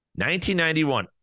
1991